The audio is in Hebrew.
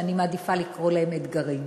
אני מעדיפה לקרוא להן אתגרים.